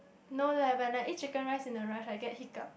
no leh when I eat Chicken Rice in a rush I get hiccups